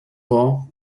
war